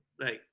Right